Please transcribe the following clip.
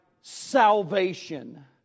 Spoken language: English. salvation